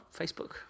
Facebook